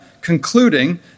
concluding